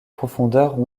profondeurs